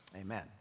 Amen